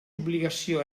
obligació